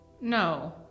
No